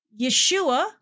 Yeshua